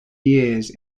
years